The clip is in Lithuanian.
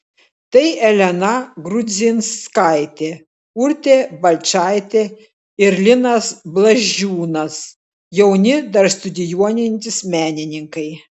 tai elena grudzinskaitė urtė balčaitė ir linas blažiūnas jauni dar studijuojantys menininkai